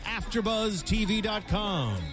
AfterbuzzTV.com